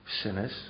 sinners